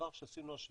בעבר כשעשינו השוואה